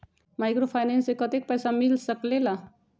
Microfinance से कतेक पैसा मिल सकले ला?